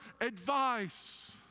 advice